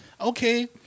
Okay